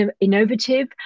innovative